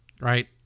Right